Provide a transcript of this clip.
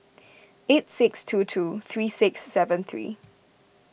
eight six two two three six seven three